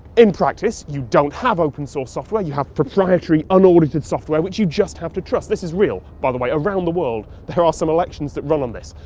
in practice, you don't have open source software, you have proprietary, unaudited software which you just have to trust. this is real, by the way, around the world, there are some elections that run on this.